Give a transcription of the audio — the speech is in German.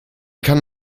kann